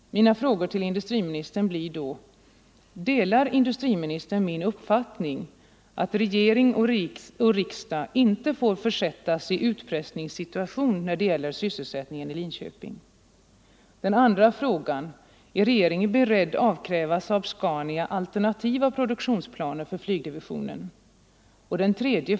Mina frågor till industriministern blir då: I. Delar industriministern min uppfattning att regering och riksdag inte får försättas i en utpressningssituation när det gäller sysselsättningen i Linköping? 2. Är regeringen beredd avkräva SAAB-Scania alternativa produktionsplaner för flygdivisionen? 3.